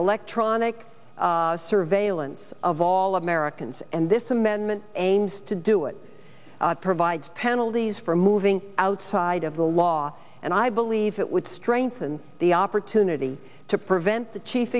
electronic surveillance of all americans and this amendment aims to do it provides penalties for moving outside of the law and i believe it would strengthen the opportunity to prevent the chief